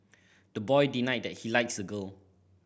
the boy denied that he likes the girl